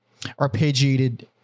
arpeggiated